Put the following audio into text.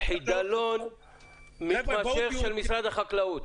חידלון מתמשך של משרד החקלאות.